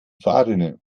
fahrrinne